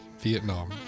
Vietnam